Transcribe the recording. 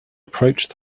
approached